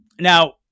Now